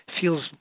feels